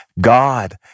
God